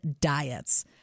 diets